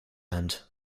hand